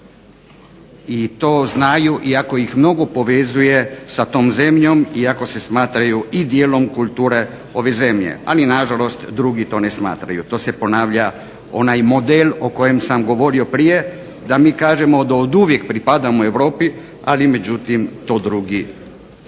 i to znaju iako ih mnogo povezuje sa tom zemljom i ako se smatraju i dijelom kulture ove zemlje. Ali nažalost drugi to ne smatraju. To se ponavlja onaj model o kojem sam govorio prije da mi kažemo da oduvijek pripadamo Europi, ali međutim to drugi